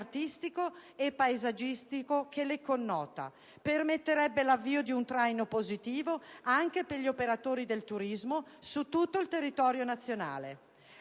e paesaggistico che le connota; permetterebbe l'avvio di un traino positivo anche per gli operatori del turismo su tutto il territorio nazionale.